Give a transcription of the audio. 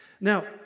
Now